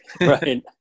Right